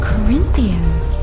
Corinthians